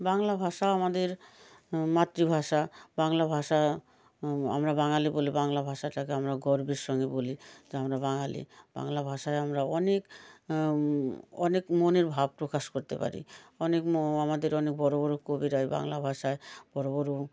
বাংলা ভাষা আমাদের মাতৃভাষা বাংলা ভাষা আমরা বাঙালি বলে বাংলা ভাষাটাকে আমরা গর্বের সঙ্গে বলি যে আমরা বাঙালি বাংলা ভাষায় আমরা অনেক অনেক মনের ভাব প্রকাশ করতে পারি অনেক ম আমাদের অনেক বড় বড় কবিরা এই বাংলা ভাষায় বড় বড়